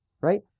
right